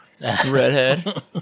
redhead